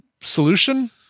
solution